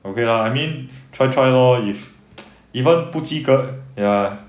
okay lah I mean try try lor if even 不及格 ya